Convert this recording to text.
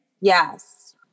Yes